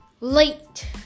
late